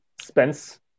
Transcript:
spence